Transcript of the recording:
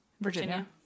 virginia